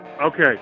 okay